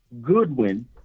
Goodwin